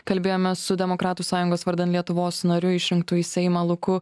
kalbėjomės su demokratų sąjungos vardan lietuvos nariu išrinktu į seimą luku